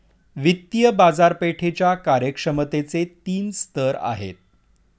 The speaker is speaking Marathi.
वित्तीय बाजारपेठेच्या कार्यक्षमतेचे तीन स्तर आहेत